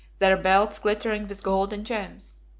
their belts glittering with gold and gems.